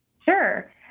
Sure